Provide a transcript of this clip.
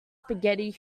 spaghetti